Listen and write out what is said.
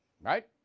right